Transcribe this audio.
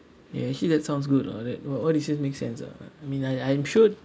ya actually that sounds good lah that what what you says make sense uh I mean I I am sure